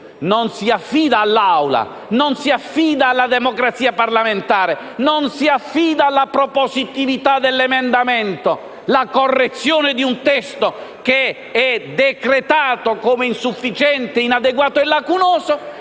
Non si affida all'Assemblea, non si affida alla democrazia parlamentare, alla propositività dell'emendamento la correzione di un testo che è decretato come insufficiente, inadeguato e lacunoso,